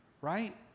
Right